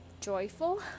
joyful